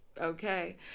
okay